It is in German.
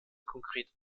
konkrete